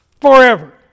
forever